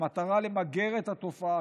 במטרה למגר את התופעה.